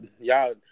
y'all